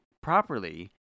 properly